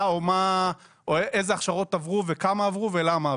או איזה הכשרות עברו וכמה עברו ולמה עברו.